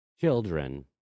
children